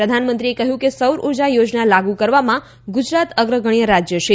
પ્રધાનમંત્રીએ કહ્યું કે સૌર ઉર્જા યોજના લાગુ કરવામાં ગુજરાત અગ્રગણ્ય રાજ્ય છે